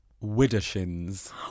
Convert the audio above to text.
Widdershins